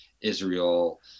Israel